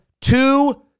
two